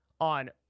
on